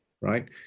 right